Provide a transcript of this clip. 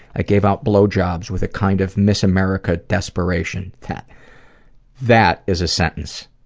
i gave out blowjobs with a kind of miss america desperation that that is a sentence.